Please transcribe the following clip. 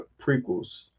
prequels